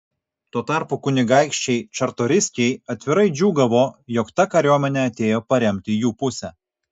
tuo tarpu kunigaikščiai čartoriskiai atvirai džiūgavo jog ta kariuomenė atėjo paremti jų pusę